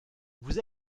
vous